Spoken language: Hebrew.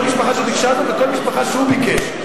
כל משפחה שביקשה זאת וכל משפחה שהוא ביקש.